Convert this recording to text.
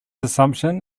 assumption